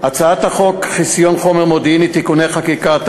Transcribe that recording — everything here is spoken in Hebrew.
הצעת חוק חסיון חומר מודיעיני (תיקוני חקיקה),